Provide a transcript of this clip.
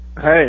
Hey